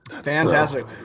Fantastic